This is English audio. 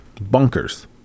bunkers